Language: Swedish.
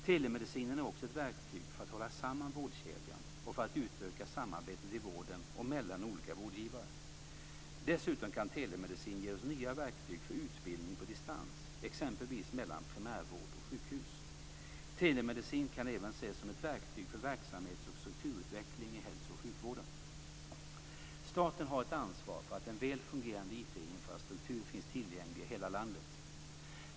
Telemedicinen är också ett verktyg för att hålla samman vårdkedjan och för att utöka samarbetet i vården och mellan olika vårdgivare. Dessutom kan telemedicin ge oss nya verktyg för utbildning på distans, exempelvis mellan primärvård och sjukhus. Telemedicin kan även ses som ett verktyg för verksamhets och strukturutveckling i hälso och sjukvården. Staten har ett ansvar för att en väl fungerande IT infrastruktur finns tillgänglig i hela landet.